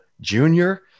junior